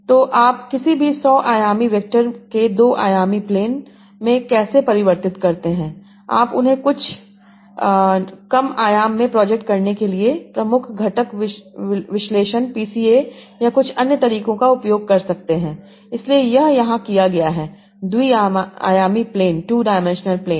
तो आप किसी भी 100 आयामी वैक्टर को दो आयामी प्लेन में कैसे परिवर्तित करते हैं आप उन्हें कुछ कम आयाम में प्रोजेक्ट करने के लिए प्रमुख घटक विश्लेषण पीसीए या कुछ अन्य तरीकों का उपयोग कर सकते हैं इसलिए यह यहाँ किया गया है द्वि आयामी प्लेन